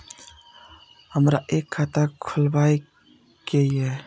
हमरा एक खाता खोलाबई के ये?